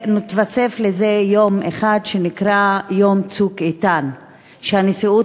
והתווסף לזה יום אחד שנקרא יום "צוק איתן"; הנשיאות